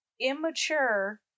immature